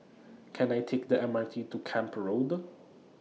Can I Take The MRT to Camp Road